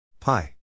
Pi